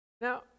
Now